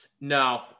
No